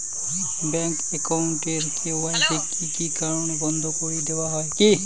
Bank account এর KYC কি কি কারণে বন্ধ করি দেওয়া হয়?